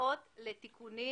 הצעות לתיקונים